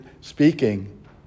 speaking